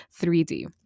3d